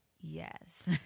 yes